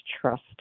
trust